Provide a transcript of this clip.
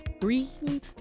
Green